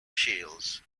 shales